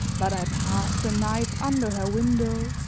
but i passed the nights under her window,